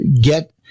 get